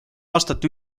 aastat